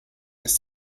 ist